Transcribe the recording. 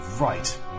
right